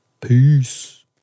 Peace